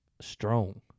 strong